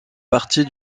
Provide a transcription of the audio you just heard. partie